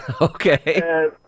Okay